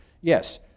Yes